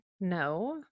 No